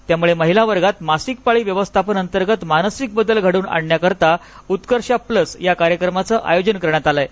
यामुळे महिलावर्गात मासिकपाळी व्यवस्थापन अंतर्गत मानसिक बदल घडवून आणण्याकरीता उत्कर्षा प्लस या कार्यक्रमाच आयोजन करण्यात आल आहे